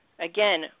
Again